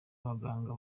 abaganga